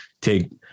take